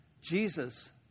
Jesus